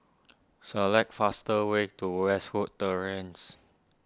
select fastest way to Westwood Terrace